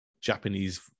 Japanese